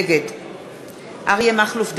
נגד אריה מכלוף דרעי,